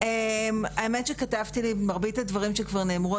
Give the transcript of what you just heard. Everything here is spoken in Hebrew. האמת שכתבתי לי ומרבית הדברים שכבר נאמרו,